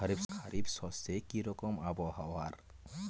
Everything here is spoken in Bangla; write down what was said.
খরিফ শস্যে কি রকম আবহাওয়ার?